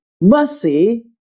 mercy